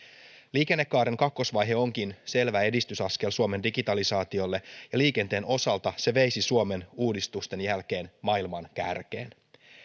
liikennekaaren kakkosvaihe onkin selvä edistysaskel suomen digitalisaatiolle ja liikenteen osalta se veisi suomen uudistusten jälkeen maailman kärkeen